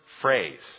phrase